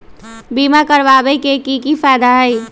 बीमा करबाबे के कि कि फायदा हई?